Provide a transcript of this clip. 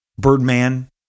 Birdman